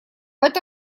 это